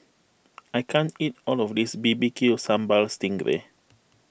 I can't eat all of this B B Q Sambal Sting Ray